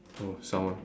oh someone